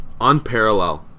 unparalleled